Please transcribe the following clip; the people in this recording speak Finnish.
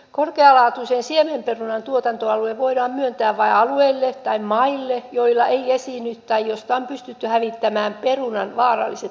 korkealaatuiseen siemenperunan tuotantoalue voidaan myöntää vain alueelle tai maille joilla ei esiinny tai joilta on pystytty hävittämään perunan vaaralliset kasvintuhoojat